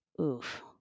oof